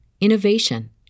innovation